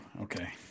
Okay